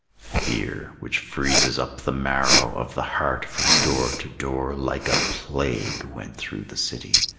fear, which freezes up the marrow of the heart, from door to door like a plague went through the city,